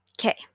Okay